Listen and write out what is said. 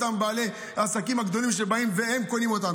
בעלי העסקים הגדולים שבאים והם קונים אותנו,